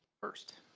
first.